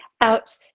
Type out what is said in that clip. out